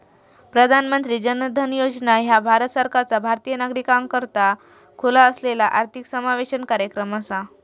प्रधानमंत्री जन धन योजना ह्या भारत सरकारचा भारतीय नागरिकाकरता खुला असलेला आर्थिक समावेशन कार्यक्रम असा